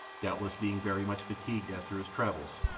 doubtless being very much fatigued after his travels,